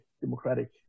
democratic